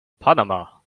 panama